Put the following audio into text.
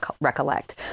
recollect